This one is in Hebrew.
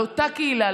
לאותה קהילה,